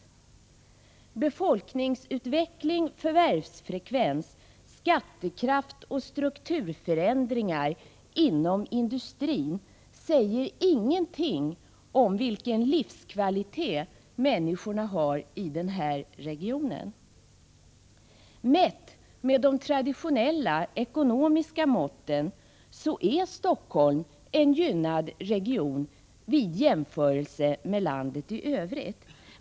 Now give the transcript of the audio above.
Uppgifter om befolkningsutveckling, förvärvsfrekvens, skattekraft och strukturförändringar inom industrin säger ingenting om vilken livskvalitet människorna i den här regionen har. Mätt med de traditionella ekonomiska måtten är Stockholm en gynnad region vid jämförelse med landet i övrigt.